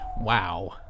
Wow